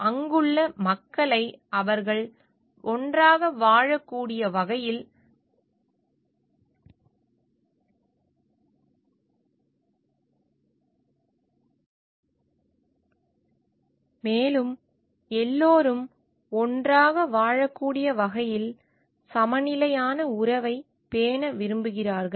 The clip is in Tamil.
அங்குள்ள மக்களை அவர்கள் கவனித்துக்கொள்கிறார்கள் மேலும் எல்லோரும் ஒன்றாக வாழக்கூடிய வகையில் சமநிலையான உறவைப் பேண விரும்புகிறார்கள்